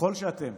ככל שאתם